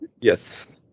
Yes